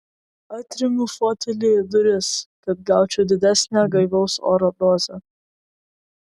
atremiu fotelį į duris kad gaučiau didesnę gaivaus oro dozę